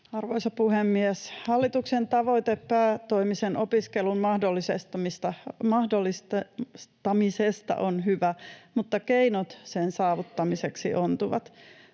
Arvoisa puhemies! Hallituksen tavoite päätoimisen opiskelun mahdollistamisesta on hyvä, mutta keinot sen saavuttamiseksi ontuvat.